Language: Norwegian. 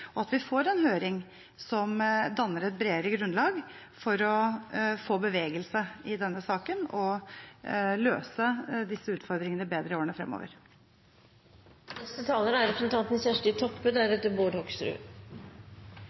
og at vi får en høring som danner et bredere grunnlag for å få bevegelse i denne saken og løse disse utfordringene bedre i årene fremover. Det er